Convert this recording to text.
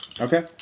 Okay